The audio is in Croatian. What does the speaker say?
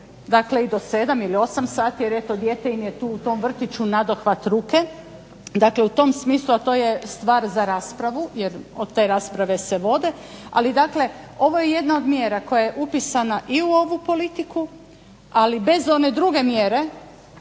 eto do 7 ili 8 sati jer eto dijete im je u tom vrtiću nadohvat ruke, dakle u tom smislu, a to je stvar za raspravu jer te rasprave se vode. Ali dakle, ovo je jedna od mjera koja je upisala i u ovu politiku ali bez one druge mjere,